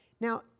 Now